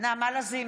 נעמה לזימי,